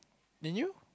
then you